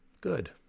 good